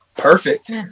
Perfect